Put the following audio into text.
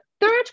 third